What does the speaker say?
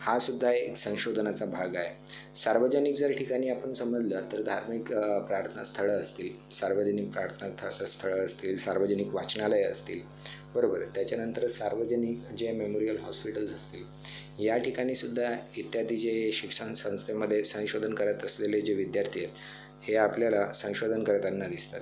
हा सुद्धा एक संशोधनाचा भाग आए सार्वजनिक जर ठिकानी आपन समजलं तर धार्मिक प्रार्थना स्थळं असतील सार्वजनिक प्रार्थना थ स्थळं असतील सार्वजनिक वाचनालय असतील बरोबर आहे त्याच्यानंतर सार्वजनिक जे मेमोरियल हॉस्पिटल्स असतील ह्या ठिकाणी सुद्धा इत्यादी जे शिक्षण संस्थेमधे संशोधन करत असलेले जे विद्यार्थी आहेत हे आपल्याला संशोधन करताना दिसतात